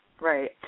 Right